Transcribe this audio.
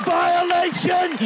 violation